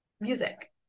music